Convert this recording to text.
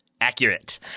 accurate